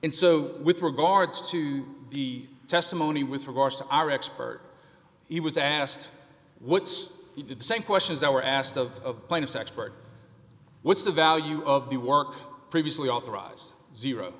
and so with regards to the testimony with regards to our expert he was asked what's the same questions that were asked of plaintiff's expert what's the value of the work previously authorized zero